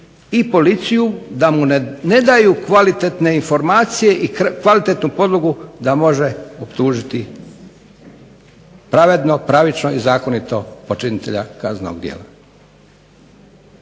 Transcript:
i policiju da mu ne daju kvalitetne informacije i kvalitetnu podlogu da može optužiti pravedno, pravično i zakonito počinitelja kaznenog djela.